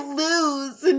lose